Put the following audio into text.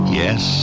yes